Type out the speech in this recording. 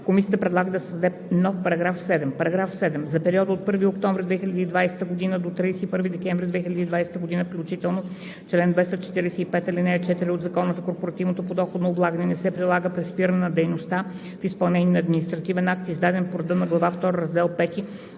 Комисията предлага да се създаде нов § 7: „§ 7. За периода от 1 октомври 2020 г. до 31 декември 2020 г. включително чл. 245, ал. 4 от Закона за корпоративното подоходно облагане не се прилага при спиране на дейността в изпълнение на административен акт, издаден по реда на глава втора, раздел V